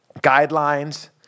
guidelines